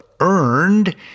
Earned